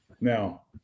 Now